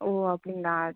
ஓ அப்படிங்களா